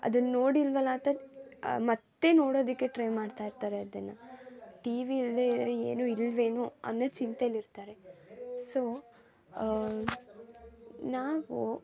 ಅದನ್ನ ನೋಡಿಲ್ಲವಲ್ಲ ಅಂತ ಮತ್ತೆ ನೋಡೋದಕ್ಕೆ ಟ್ರೈ ಮಾಡ್ತಾ ಇರ್ತಾರೆ ಅದನ್ನು ಟಿವಿ ಇಲ್ಲದೆ ಇದ್ದರೆ ಏನು ಇಲ್ಲವೇನೊ ಅನ್ನೋ ಚಿಂತೆಯಲ್ಲಿ ಇರ್ತಾರೆ ಸೊ ನಾವು